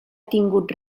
tingut